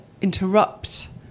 interrupt